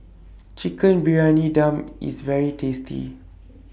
Chicken Briyani Dum IS very tasty